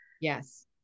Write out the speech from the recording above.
Yes